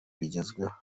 bigezweho